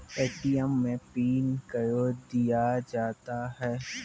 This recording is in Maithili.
ए.टी.एम मे पिन कयो दिया जाता हैं?